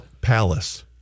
Palace